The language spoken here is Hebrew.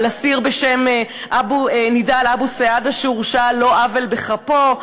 על אסיר בשם נידאל אבו סעדה שהורשע על לא עוול בכפו,